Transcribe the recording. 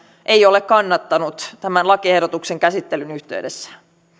ei ole kannattanut tämän lakiehdotuksen käsittelyn yhteydessä